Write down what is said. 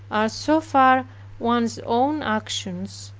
are so far one's own actions,